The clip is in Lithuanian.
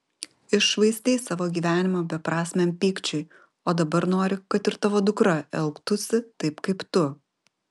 iššvaistei savo gyvenimą beprasmiam pykčiui o dabar nori kad ir tavo dukra elgtųsi taip kaip tu